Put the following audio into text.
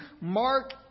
Mark